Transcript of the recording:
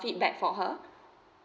feedback for her